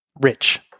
Rich